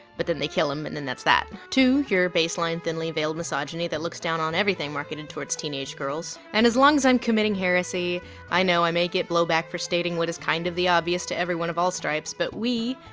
but then they kill him and then that's that. two. pure baseline thinly-veiled misogyny that looks down on everything marketed towards teenage girls and as long as i'm committing heresy i know i may get blowback for stating what is kind of the obvious to everyone of all stripes, but we,